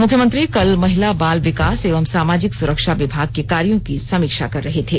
मुख्यमंत्री कल महिला बाल विकास एवं सामाजिक सुरक्षा विभाग के कार्यों की समीक्षा कर रहे थे